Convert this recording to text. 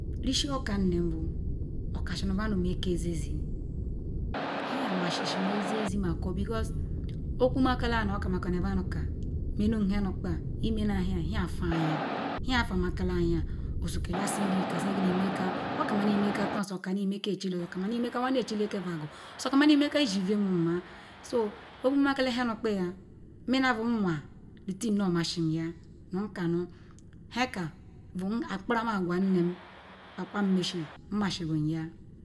Risi okum nim ve okasinu madu me ezi ezi nhia masisi ezi ezi mako because okumakala nu haokamakonu vadu menu nhe nu-kpa imenanya nhe van anya Nhe van makolaya anya oye okani meka okani meka taan oyekani meka echile oyemako akani meka nu wene echile ke vegwu onyemako akani meka Izivennma so omemakola nhe nhe nukpara, muna bunwo the thing namasim nukanu nheka vu nkpara-agwa nim papam mesi nmasigu ya.